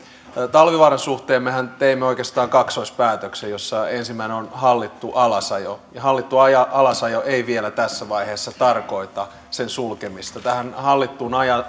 talvivaaran suhteen mehän teimme oikeastaan kaksoispäätöksen jossa ensimmäinen on hallittu alasajo hallittu alasajo ei vielä tässä vaiheessa tarkoita sen sulkemista tähän hallittuun